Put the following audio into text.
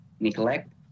neglect